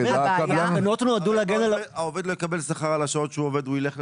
העובד לא יקבל שכר על השעות שהוא עובד הוא ילך,